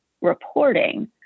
reporting